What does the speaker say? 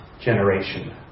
generation